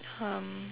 um